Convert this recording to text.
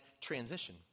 transition